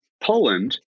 Poland